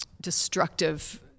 destructive